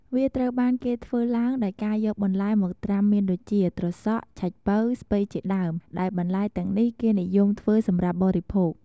វាត្រូវបានគេធ្វើឡើងដោយការយកបន្លែមកត្រាំមានដូចជា ត្រសក់ ឆៃប៉ូវ ស្ពៃជាដេីម ដែលបន្លែទាំងនេះគេនិយមធ្វេីសម្រាប់បរិភោគ។